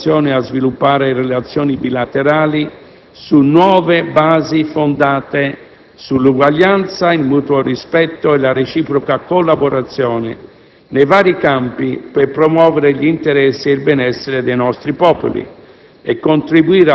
e determinazione a sviluppare relazioni bilaterali su nuove basi fondate sull'uguaglianza, il mutuo rispetto e la reciproca collaborazione nei vari campi, per promuovere gli interessi e il benessere dei nostri popoli